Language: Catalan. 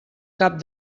cap